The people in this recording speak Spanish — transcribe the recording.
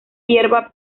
hierba